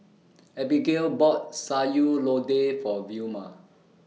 Abigayle bought Sayur Lodeh For Vilma